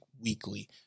weekly